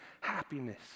happiness